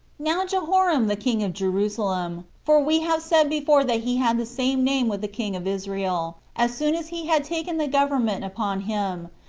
now jehoram the king of jerusalem, for we have said before that he had the same name with the king of israel, as soon as he had taken the government upon him,